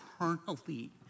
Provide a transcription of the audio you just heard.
eternally